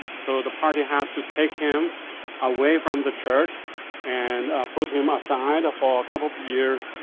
so the party had to take him away from the church and put him aside for a couple of years,